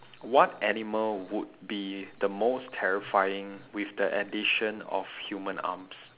what animal would be the most terrifying with the addition of human arms